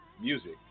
music